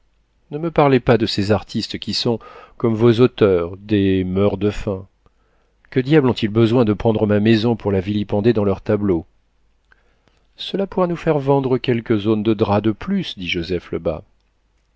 ne me parlez pas de ces artistes qui sont comme vos auteurs des meurt-de-faim que diable ont-ils besoin de prendre ma maison pour la vilipender dans leurs tableaux cela pourra nous faire vendre quelques aunes de drap de plus dit joseph